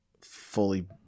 fully